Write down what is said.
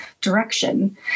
direction